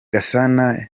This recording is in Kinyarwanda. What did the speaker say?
gasana